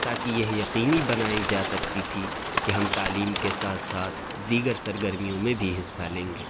تاکہ یہ یقینی بنائی جا سکتی تھی کہ ہم تعلیم کے ساتھ ساتھ دیگر سرگرمیوں میں بھی حصہ لیں گے